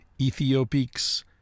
Ethiopic's